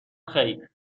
خیر